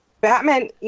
Batman